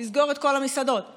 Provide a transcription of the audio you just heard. לסגור את כל המסעדות,